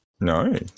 No